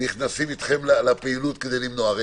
נכנסים איתכם לפעילות כדי למנוע?